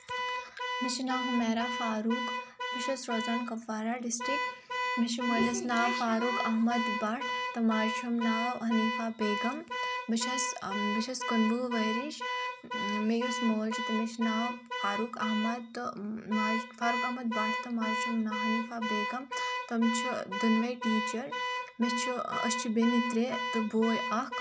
مےٚ چھُ ناو ہُمیرا فاروٗق بہٕ چھَس روزان کوپوارا ڈِسٹرک مےٚ چھُ مٲلِس ناو فاروق احمد بھٹ تہٕ ماجہِ چھُم ناو ہنیٖفا بیگم بہٕ چھَس بہٕ چھَس کُنہٕ وُہ ؤرِش مےٚ یُس مول چھُ تٔمِس چھُ ناو فاروق احمد تہٕ ماجہِ فاروق احمد بھٹ تہٕ ماجہِ چھُم ناو ۂنیٖفا بیگم تِم چھِ دۄنوے ٹیٖچر مےٚ چھُ أسۍ چھِ بیٚنہِ ترے تہٕ بوے اکھ